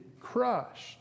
crushed